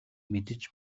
мэдэж